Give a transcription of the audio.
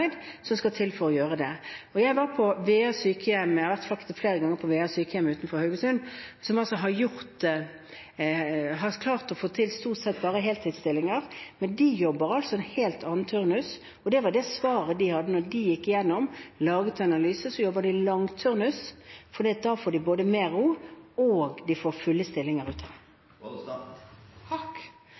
Jeg har vært flere ganger på Vea sykehjem utenfor Haugesund, som har klart å få til å ha stort sett bare heltidsstillinger, men de jobber en helt annen turnus. Det var svaret de kom til da de gikk igjennom og laget analyser: De jobber langturnus, for da får de både mer ro og fulle stillinger.